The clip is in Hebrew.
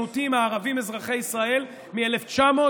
למיעוטים הערבים אזרחי ישראל מ-1949,